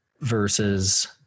versus